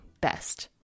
best